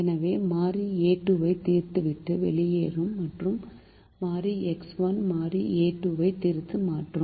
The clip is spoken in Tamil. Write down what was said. எனவே இந்த மாறி a2 தீர்வை விட்டு வெளியேறும் மற்றும் மாறி X1 மாறி a2 ஐ தீர்வுக்கு மாற்றும்